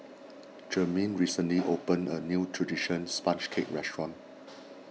Jermain recently opened a new Traditional Sponge Cake restaurant